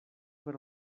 per